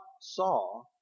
saw